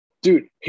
Dude